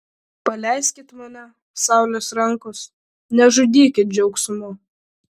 paleiskit mane saulės rankos nežudykit džiaugsmu